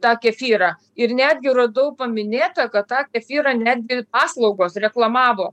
tą kefyrą ir netgi radau paminėta kad tą kefyrą netgi paslaugos reklamavo